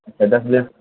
اچھا دس بجے